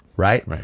Right